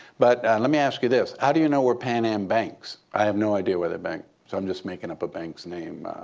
but let me ask you this. how do you know where pan am banks? i have no idea where they bank. so i'm just making up a bank's name.